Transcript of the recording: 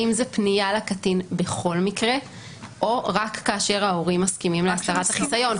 האם זה פנייה לקטין בכל מקרה או רק כאשר ההורים מסכימים להסרת החיסיון?